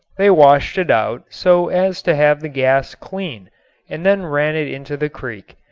they washed it out so as to have the gas clean and then ran it into the creek.